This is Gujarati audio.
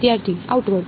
વિદ્યાર્થી આઉટવર્ડ